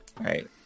Right